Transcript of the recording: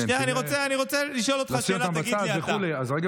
נשים אותם בצד וכו' אז רגע,